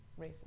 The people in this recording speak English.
racist